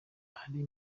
ari